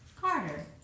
Carter